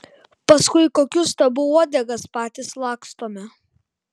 paskui kokių stabų uodegas patys lakstome